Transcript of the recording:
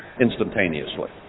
instantaneously